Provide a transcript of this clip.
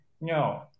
no